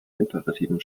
imperativen